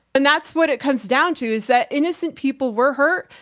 and that's what it comes down to is that innocent people were hurt.